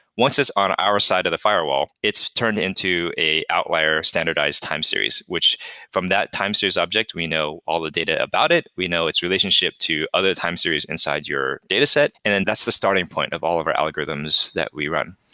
once it's on our side of the firewall, it's turned into a outlier standardized time series. which from that time series object, we know all the data about it. we know its relationship to other time series inside your dataset, and then that's the starting point of all of our algorithms that we run.